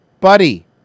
buddy